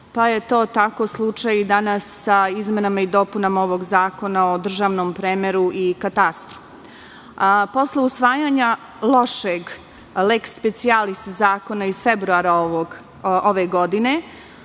Pa je takav slučaj i danas sa izmenama i dopunama Zakona o državnom premeru i katastru. Posle usvajanja lošeg lex specialis zakona iz februara ove godine,